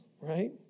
right